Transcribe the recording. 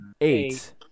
eight